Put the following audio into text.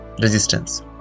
resistance